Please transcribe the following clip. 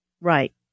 Right